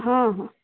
ହଁ ହଁ